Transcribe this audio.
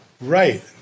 Right